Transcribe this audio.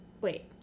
wait